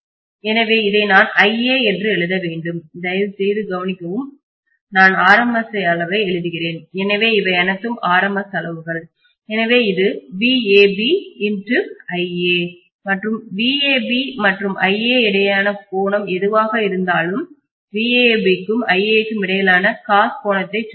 எனவே இதை நான் iA என்று எழுத வேண்டும் தயவுசெய்து கவனிக்கவும் நான் RMS அளவை எழுதுகிறேன் எனவே அவை அனைத்தும் RMS அளவுகள் எனவே இது மற்றும் vAB மற்றும் iA இடையே கோணம் எதுவாக இருந்தாலும் vAB க்கும் iA க்கும் இடையிலான cos கோணத்தை சொல்ல வேண்டும்